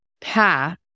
path